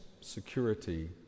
security